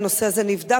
הנושא הזה נבדק,